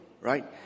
right